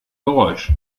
geräusch